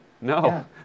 No